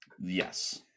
Yes